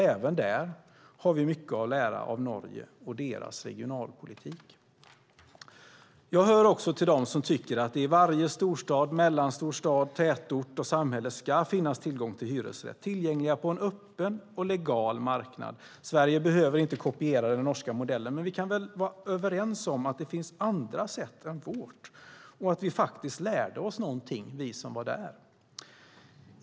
Även där har vi mycket att lära av Norge och deras regionalpolitik. Jag hör också till dem som tycker att det i varje storstad, mellanstor stad, tätort och samhälle ska finnas tillgång till hyresrätter. De ska vara tillgängliga på en öppen och legal marknad. Sverige behöver inte kopiera den norska modellen, men vi kan väl vara överens om att det finns andra sätt än vårt och att ni som var där faktiskt lärde er något.